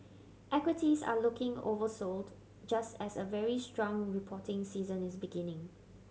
equities are looking oversold just as a very strong reporting season is beginning